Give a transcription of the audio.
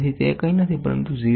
તેથી તે કંઇ નથી પરંતુ 0